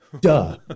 duh